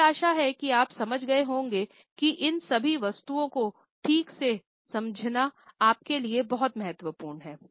मुझे आशा है कि आप समझ गए होंगे कि इन सभी वस्तुओं को ठीक से समझना आपके लिए बहुत महत्वपूर्ण है